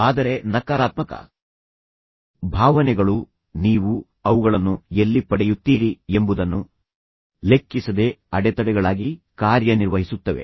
ಆದರೆ ನಕಾರಾತ್ಮಕ ಭಾವನೆಗಳು ನೀವು ಅವುಗಳನ್ನು ಎಲ್ಲಿ ಪಡೆಯುತ್ತೀರಿ ಎಂಬುದನ್ನು ಲೆಕ್ಕಿಸದೆ ಅಡೆತಡೆಗಳಾಗಿ ಕಾರ್ಯನಿರ್ವಹಿಸುತ್ತವೆ